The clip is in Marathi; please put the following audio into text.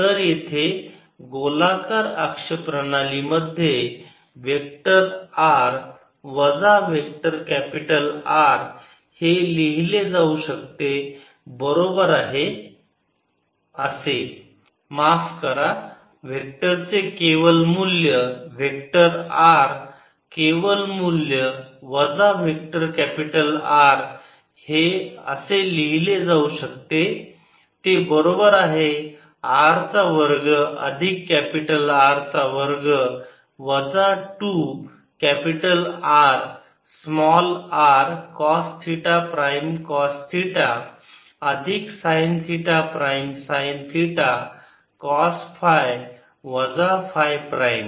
तर येथे गोलाकार अक्ष प्रणाली मध्ये वेक्टर r वजा वेक्टर कॅपिटल R हे लिहिले जाऊ शकते बरोबर आहे असे माफ करा वेक्टरचे केवल मूल्य वेक्टर r केवल मूल्य वजा वेक्टर कॅपिटल R हे असे लिहिले जाऊ शकते ते बरोबर आहे r चा वर्ग अधिक कॅपिटल R चा वर्ग वजा 2 capital R small r cos theta prime cos theta अधिक sine theta prime sine theta cos phi वजा फाय प्राईम